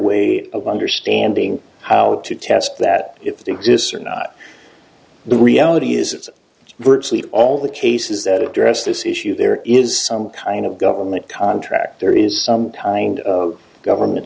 way of understanding how to test that if he exists or not the reality is virtually all the cases that address this issue there is some kind of government contract there is some kind of government